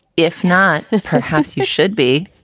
if not, perhaps you should be.